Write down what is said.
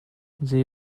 zei